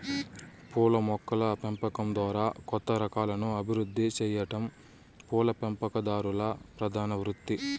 పూల మొక్కల పెంపకం ద్వారా కొత్త రకాలను అభివృద్ది సెయ్యటం పూల పెంపకందారుల ప్రధాన వృత్తి